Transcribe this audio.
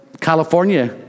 California